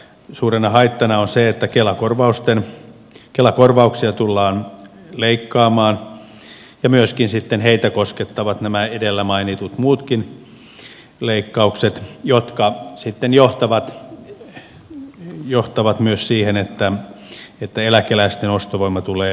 n suurena haittana on se että kela korvauksia tullaan leikkaamaan ja myöskin sitten heitä koskettavat nämä edellä mainitut muutkin leikkaukset jotka sitten johtavat myös siihen että eläkeläisten ostovoima tulee heikentymään